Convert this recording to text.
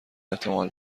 احتمال